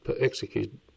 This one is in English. executed